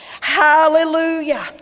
hallelujah